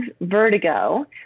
vertigo